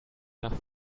nach